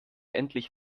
endlich